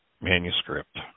manuscript